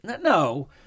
no